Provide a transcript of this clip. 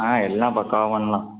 ஆ எல்லாம் பக்காவாக பண்ணலாம்